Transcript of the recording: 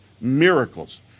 miracles